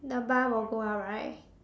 the bar will go up right